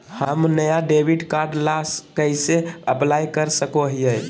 हम नया debit card ला कइसे अप्लाई कर सको हियै?